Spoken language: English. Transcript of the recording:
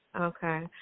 Okay